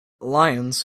lions